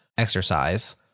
exercise